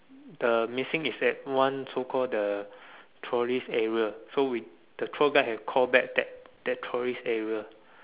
the missing is at one so call the tourist area so we the tour guide have call back that that tourist area